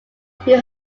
who